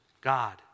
God